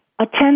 attend